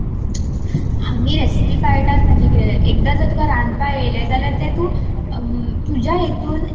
आमी रेसिपी पाळटात म्हणजे कितें एकदां जर तुका रांदपाक येयले जाल्यार तें तुं तुज्या हेतुन